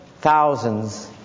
thousands